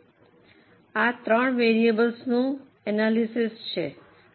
હવે આ ત્રણ વેરિયેબલબ્લ્સનું એનાલિસિસ છે